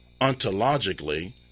ontologically